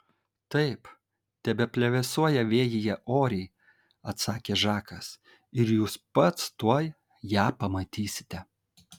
taip tebeplevėsuoja vėjyje oriai atsakė žakas ir jūs pats tuoj ją pamatysite